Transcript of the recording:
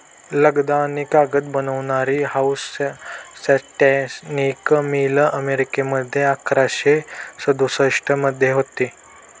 लगदा आणि कागद बनवणारी हाऊसटॉनिक मिल अमेरिकेमध्ये अठराशे सदुसष्ट मध्ये होती